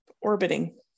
Orbiting